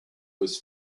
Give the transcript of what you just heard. was